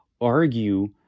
argue